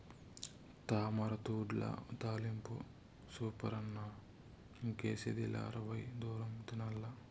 తామరతూడ్ల తాలింపు సూపరన్న ఇంకేసిదిలా అరవై దూరం తినాల్ల